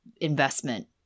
investment